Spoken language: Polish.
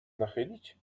nachylić